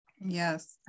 Yes